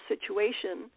situation